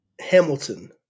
Hamilton